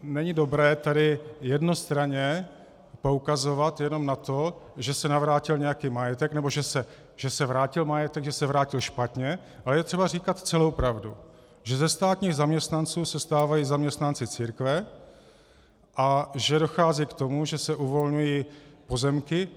Není dobré tady jednostranně poukazovat jenom na to, že se navrátil nějaký majetek, nebo že se vrátil majetek, že se vrátil špatně, ale je třeba říkat celou pravdu, že ze státních zaměstnanců se stávají zaměstnanci církve a že dochází k tomu, že se uvolňují pozemky.